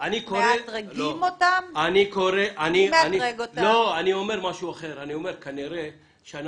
אני אומר משהו אחר, שכנראה אנחנו